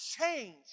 change